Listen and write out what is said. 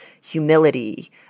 humility